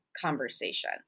conversation